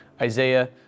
Isaiah